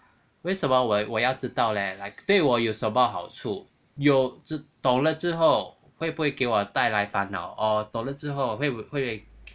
为什么我我要知道 leh like 对我有什么好处有只懂了之后会不会给我带来烦恼 or 懂了之后会不会